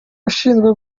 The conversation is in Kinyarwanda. ushinzwe